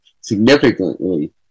significantly